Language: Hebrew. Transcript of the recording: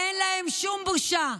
אין להם שום בושה.